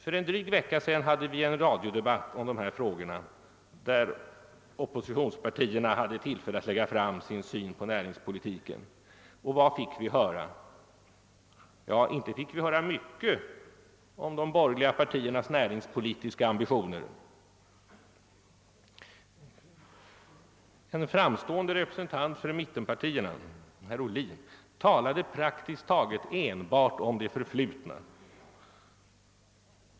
För en dryg vecka sedan hade vi en radiodebatt om dessa frågor, i vilken oppositionspartierna hade tillfälle att lägga fram sin syn på näringspolitiken. Vad fick vi höra? Inte var det mycket om de borgerliga partiernas näringspolitiska ambitioner. En framstående representant för mittenpartierna, herr Ohlin, talade praktiskt taget enbart om det förflutna.